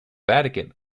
vatican